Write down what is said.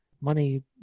money